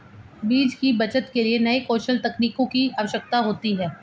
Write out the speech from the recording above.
बीज की बचत के लिए नए कौशल तकनीकों की आवश्यकता है